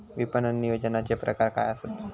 विपणन नियोजनाचे प्रकार काय आसत?